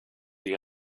die